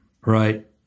Right